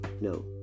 No